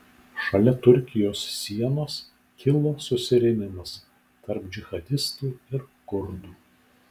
šalia turkijos sienos kilo susirėmimas tarp džihadistų ir kurdų